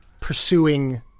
pursuing